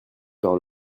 par